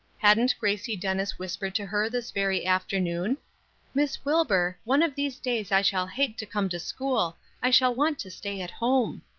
hadn't gracie dennis whispered to her this very afternoon miss wilbur, one of these days i shall hate to come to school, i shall want to stay at home.